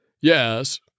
Yes